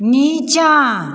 नीचाँ